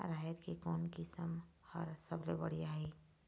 राहेर के कोन किस्म हर सबले बढ़िया ये?